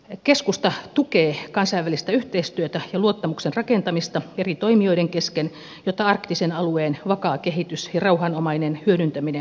keskusta tukee kansainvälistä yhteistyötä ja luottamuksen rakentamista eri toimijoiden kesken jotta arktisen alueen vakaa kehitys ja rauhanomainen hyödyntäminen voi jatkua